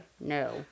No